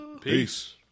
Peace